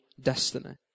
destiny